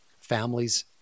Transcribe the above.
families